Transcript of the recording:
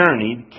journeyed